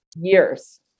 years